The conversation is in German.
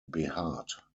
behaart